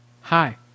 hi